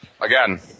again